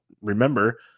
remember